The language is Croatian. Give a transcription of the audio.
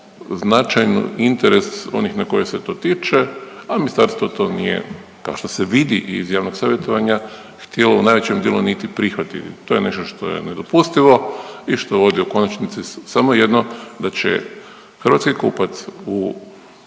značajan interes onih na koje se to tiče, a ministarstvo to nije kao što se vidi iz javnog savjetovanja htjelo, u najvećem dijelu niti prihvatiti. To je nešto što je nedopustivo i što vodi u konačnici u samo jedno da će hrvatski kupac u